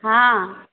हँ